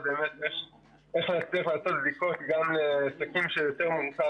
יש דרך לבצע בדיקות גם בעסקים שיותר מורכב